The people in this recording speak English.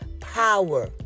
power